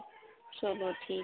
چلو ٹھیک